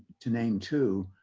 to name two